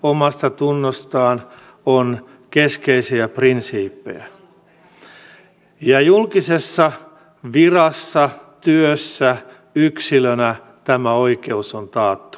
ilmaisunvapaus omasta omastatunnosta on keskeisiä prinsiippejä ja julkisessa virassa työssä yksilönä tämä oikeus on taattu